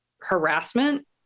harassment